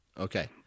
Okay